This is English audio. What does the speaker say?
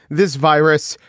this virus.